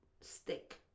Stick